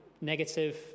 negative